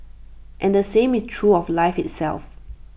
and the same is true of life itself